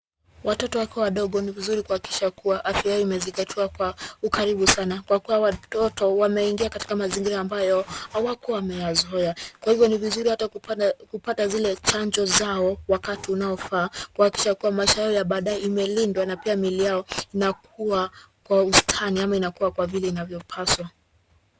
Watoto wakiwa wadogo ni vizuri kuhakikisha kuwa afya yao imezingatiwa kwa ukaribu sana kwa kuwa watoto wameingia katika mazingira ambayo hawakua wameyazoea. Kwa hivyo ni vizuri hata kupata zile chanjo zao wakati unaofaa kuhakikisha kuwa maisha yao ya baadae imelindwa na pia miili yao inakua kwa ustani ama inakua kwa vile inavyopaswa.